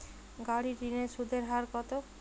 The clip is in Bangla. গাড়ির ঋণের সুদের হার কতো?